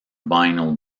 vinyl